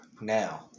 Now